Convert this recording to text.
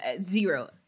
Zero –